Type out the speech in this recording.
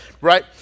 Right